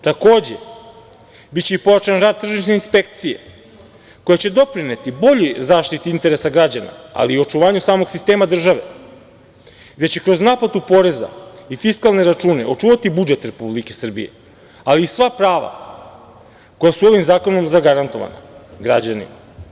Takođe, biće i povećan rad tržišne inspekcije, koja će doprineti boljoj zaštiti interesa građana, ali i očuvanju samog sistema države, gde će i kroz naplatu poreza i fiskalne račune očuvati budžet Republike Srbije, ali i sva prava koja su ovim zakonom zagarantovana građanima.